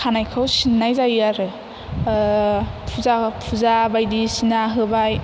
खानायखौ सिननाय जायो आरो फुजा बायदिसिना होबाय